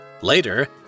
Later